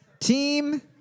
Team